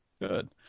Good